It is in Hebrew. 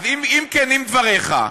אז אם כנים דבריך,